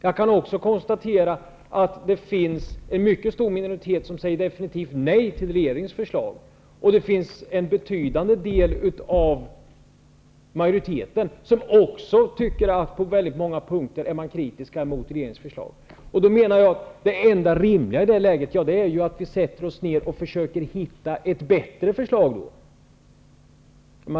Jag kan också konstatera att det finns en mycket stor minoritet som säger defenitivt nej till regeringens förslag. Dessutom är en betydande del av majoriteten på många punkter kritisk mot regeringens förslag. Det enda rimliga i ett sådant läge är att vi sätter oss ned och försöker hitta ett bättre förslag.